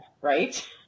right